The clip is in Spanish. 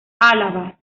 álava